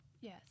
Yes